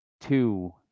two